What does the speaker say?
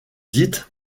dites